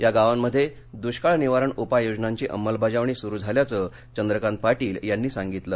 या गावांमध्ये दुष्काळ निवारण उपाययोजनांची अंमलबजावणी सुरू झाल्याचं चंद्रकांत पाटील यांनी सांगितलं